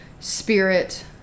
spirit